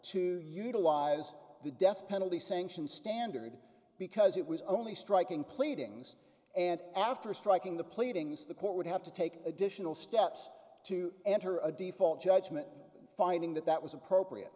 to utilize the death penalty sanction standard because it was only striking pleadings and after striking the pleadings the court would have to take additional steps to enter a default judgment finding that that was appropriate